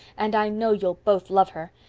and i know you'll both love her.